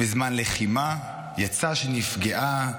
בזמן לחימה יצא שנפגעה.